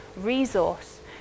resource